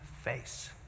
face